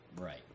Right